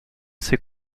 ses